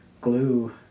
glue